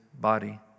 body